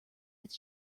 its